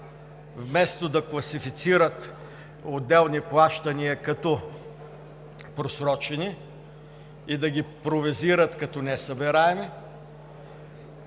вместо да класифицират отделни плащания като просрочени и да ги провизират като несъбираеми,